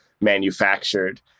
manufactured